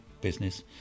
business